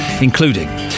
including